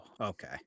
okay